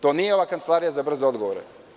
To nije kancelarija za brze odgovore.